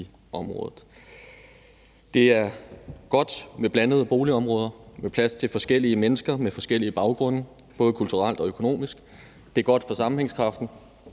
Det er godt med blandede boligområder med plads til forskellige mennesker med forskellige baggrunde, både kulturelt og økonomisk, det er godt for sammenhængskraften,